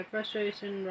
Frustration